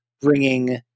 bringing